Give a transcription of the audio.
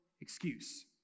excuse